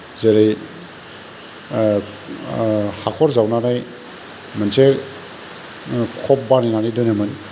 जेरै हाख'र जावनानै मोनसे खब बानायनानै दोनोमोन